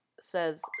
says